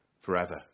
forever